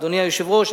אדוני היושב-ראש,